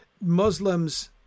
Muslims